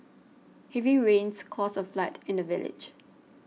heavy rains caused a flood in the village